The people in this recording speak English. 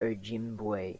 ojibwe